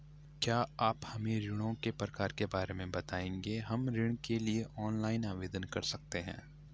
क्या आप हमें ऋणों के प्रकार के बारे में बताएँगे हम ऋण के लिए ऑनलाइन आवेदन कर सकते हैं?